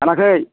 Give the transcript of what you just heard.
दानाखै